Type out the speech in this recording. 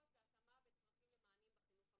והתאמה בין צרכים למענים בחינוך המיוחד.